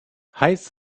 heiß